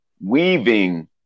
weaving